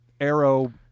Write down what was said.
arrow